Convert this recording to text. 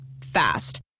Fast